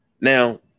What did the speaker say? now